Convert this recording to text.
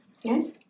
Yes